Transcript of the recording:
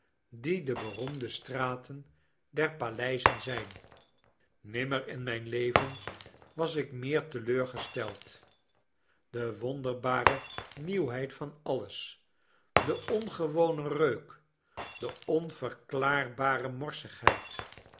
die de beroemde straten der paleizen zijn mmraer in mijn leven was ik meer teleurgesteld de wonderbare nieuwheid van alles de ongewone reuk de onverklaarbare morsigheid